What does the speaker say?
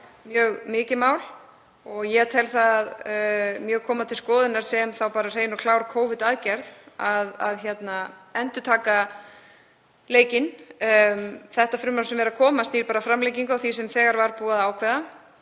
mjög mikið mál og ég tel það mjög vel koma til skoðunar sem hrein og klár Covid-aðgerð að endurtaka leikinn. Frumvarpið sem er að koma þýðir bara framlengingu á því sem þegar var búið að ákveða.